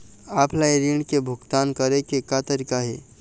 Offline ऋण के भुगतान करे के का तरीका हे?